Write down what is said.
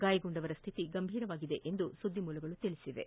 ಗಾಯಗೊಂಡವರ ಸ್ಥಿತಿ ಗಂಭೀರವಾಗಿದೆ ಎಂದು ಮೂಲಗಳು ತಿಳಿಸಿವೆ